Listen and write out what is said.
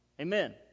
Amen